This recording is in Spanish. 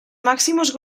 máximos